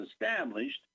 established